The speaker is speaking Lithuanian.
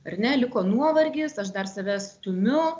ar ne liko nuovargis aš dar save stumiu